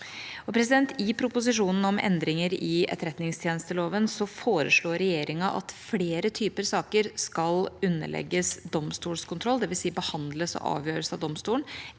I proposisjonen om endringer i etterretningstjenesteloven foreslår regjeringa at flere typer saker skal underlegges domstolskontroll, dvs. behandles og avgjøres av domstolen,